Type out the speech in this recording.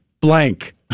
blank